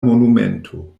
monumento